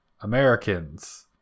Americans